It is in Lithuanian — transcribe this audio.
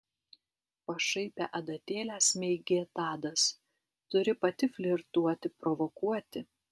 pašaipią adatėlę smeigė tadas turi pati flirtuoti provokuoti